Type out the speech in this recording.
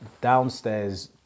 downstairs